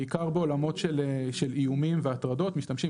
בעיקר בעולמות של איומים והטרדות משתמשים